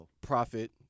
Profit